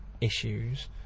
issues